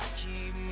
keep